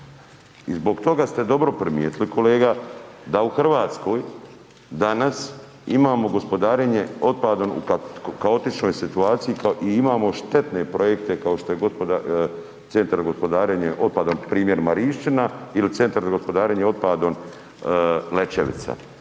I zbog toga ste dobro primijetili kolega da u RH danas imamo gospodarenje otpadom u kaotičnoj situaciji i imamo štetne projekte kao što je Centar za gospodarenjem otpadom, primjer Marinšćina ili Centar za gospodarenjem otpadom Lećevica,